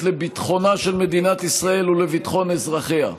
לביטחונה של מדינת ישראל ולביטחון אזרחיה.